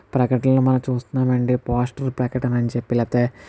ప్రకటనలు మనం చూస్తున్నాము అండి పోస్టర్ ప్రకటన అని చెప్పి లేకపోతే